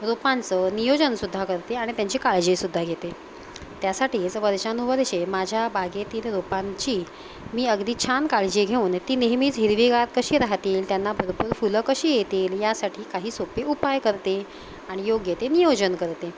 रोपांचं नियोजनसुद्धा करते आणि त्यांची काळजीसुद्धा घेते त्यासाठीच वर्षानुवर्षे माझ्या बागेतील रोपांची मी अगदी छान काळजी घेऊन ती नेहमीच हिरवीगार कशी राहतील त्यांना भरपूर फुलं कशी येतील यासाठी काही सोपे उपाय करते आणि योग्य ते नियोजन करते